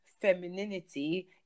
femininity